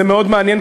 זה מאוד מעניין,